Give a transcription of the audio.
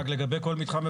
רק לגבי כל מתחם,